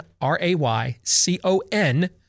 R-A-Y-C-O-N